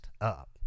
up